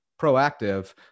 proactive